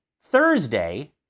Thursday